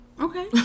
Okay